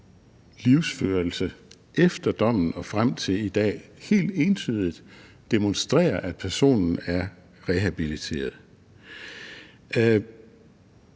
livsførelse efter dommen og frem til i dag helt entydigt demonstrerer, at personen er rehabiliteret.